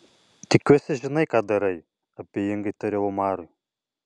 tikiuosi žinai ką darai abejingai tariau omarui